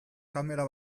kamera